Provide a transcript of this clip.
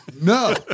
no